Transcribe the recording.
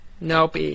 Nope